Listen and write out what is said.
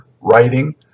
writing